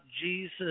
Jesus